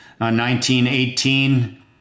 1918